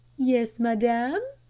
yes, madam,